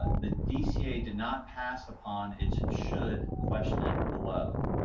the dca did not pass upon its should question below.